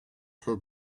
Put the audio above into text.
her